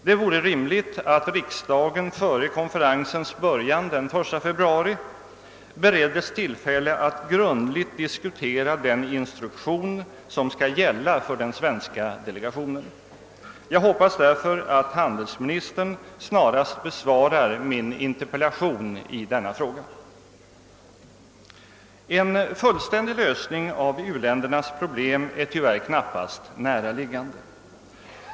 Det vore rimligt att riksdagen före konferensens början den 1 februari bereddes tillfälle att grundligt diskutera den instruktion som skall gälla för Sveriges delegation: Jag hoppas därför att handelsministern snarast besvarar min interpellation i denna fråga. En fullständig lösning av u-ländernas problem är tyvärr knappast nära liggande.